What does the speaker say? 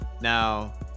now